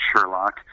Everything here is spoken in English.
Sherlock